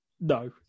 no